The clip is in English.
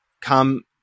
come